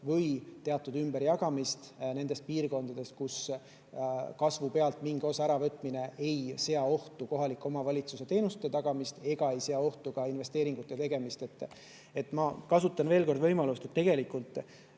või teatud ümberjagamis kaudu nendest piirkondadest, kus kasvu arvelt mingi osa äravõtmine ei sea ohtu kohaliku omavalitsuse teenuste tagamist ega ka investeeringute tegemist. Ma kasutan veel kord võimalust [öelda],